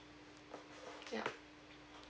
ya